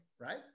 right